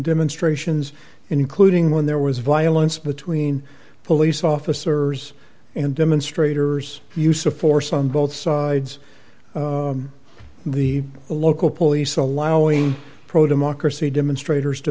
demonstrations including when there was violence between police officers and demonstrators use of force on both sides the local police allowing pro democracy demonstrators to